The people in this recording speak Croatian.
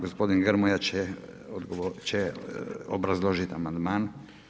Gospodin Grmoja će obrazložit amandman.